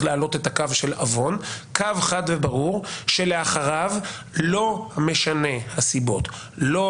להעלות את הקו של עוון שלאחריו לא משנות הסיבות; לא